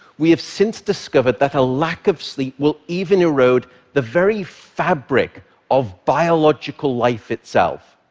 we have since discovered that a lack of sleep will even erode the very fabric of biological life itself,